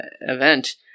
event